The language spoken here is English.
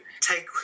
take